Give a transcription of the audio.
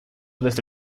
desde